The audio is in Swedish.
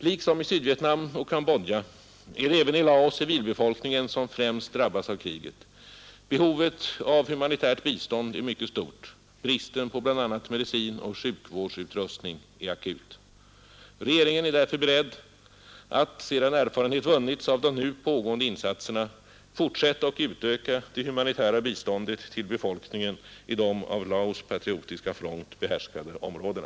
Liksom i Sydvietnam och Cambodja är det civilbefolkningen i Laos som främst drabbas av kriget. Behovet av humanitärt bistånd är mycket stort. Bristen på bl.a. medicin och sjukvårdsutrustning är akut. Regeringen är därför beredd att — sedan erfarenhet vunnits av de nu pågående insatserna — fortsätta och utöka det humanitära biståndet till befolkningen i de av Laos patriotiska front behärskade områdena.